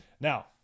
Now